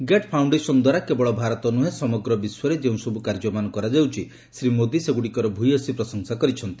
gate Foundation ଦ୍ୱାରା କେବଳ ଭାରତ ନୁହେଁ ସମଗ୍ର ବିଶ୍ୱରେ ଯେଉଁସବୁ କାର୍ଯ୍ୟମାନ କରାଯାଉଛି ଶ୍ରୀ ମୋଦୀ ସେଗୁଡ଼ିକର ଭୂୟସୀ ପ୍ରଶଂସା କରିଛନ୍ତି